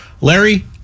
larry